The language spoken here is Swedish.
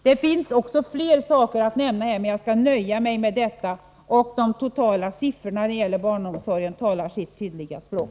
Det finns även flera andra saker att nämna här, men jag skall nöja mig med detta. De totala siffrorna när det gäller barnomsorgen talar sitt tydliga språk.